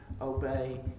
obey